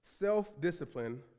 Self-discipline